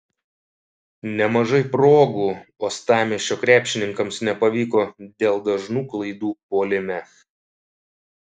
nemažai progų uostamiesčio krepšininkams nepavyko dėl dažnų klaidų puolime